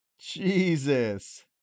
Jesus